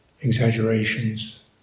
exaggerations